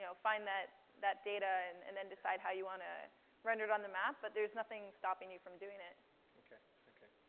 so find that that data and and then decide how you want to render it on the map. but there's nothing stopping you from doing it. man okay, okay,